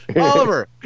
Oliver